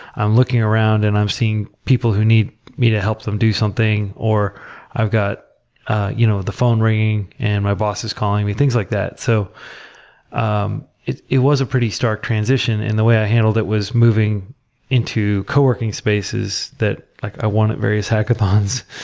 i'm looking around and i'm seeing people who need me to help them do something or i've got you know the phone ringing and my boss is calling me, things like that. so um it it was a pretty stark transition, and the way i handled it was moving into co-working spaces, that like i won at various hackathons.